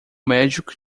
médico